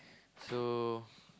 so